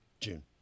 june